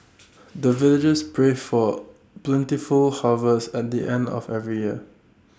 the villagers pray for plentiful harvest at the end of every year